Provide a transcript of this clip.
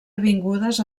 avingudes